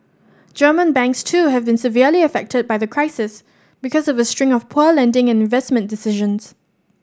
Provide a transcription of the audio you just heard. German banks too have been severely affected by the crisis because of a string of poor lending and investment decisions